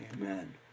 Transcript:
Amen